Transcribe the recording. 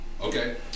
Okay